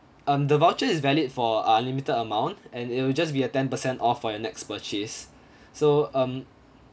um the voucher is valid for uh a limited amount and it'll just be a ten percent off for your next purchase so um